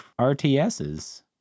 RTSs